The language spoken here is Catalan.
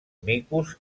micos